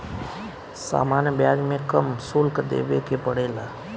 सामान्य ब्याज में कम शुल्क देबे के पड़ेला